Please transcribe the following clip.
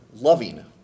loving